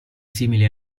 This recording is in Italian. simili